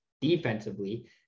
defensively